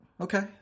Okay